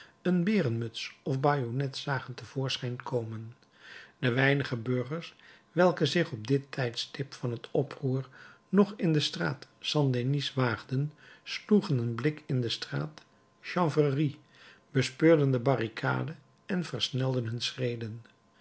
een berenmuts of bajonnet zagen te voorschijn komen de weinige burgers welke zich op dit tijdstip van het oproer nog in de straat st denis waagden sloegen een blik in de straat chanvrerie bespeurden de barricade en versnelden hun schreden